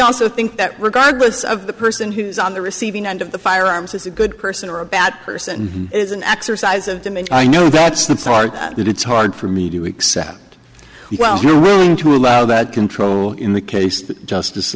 also think that regardless of the person who's on the receiving end of the firearms is a good person or a bad person is an exercise of them and i know that's the part that it's hard for me to accept well you're willing to allow that control in the case that justice